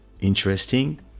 interesting